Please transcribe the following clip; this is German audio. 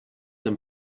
dem